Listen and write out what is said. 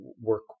work